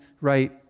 right